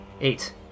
Eight